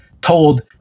told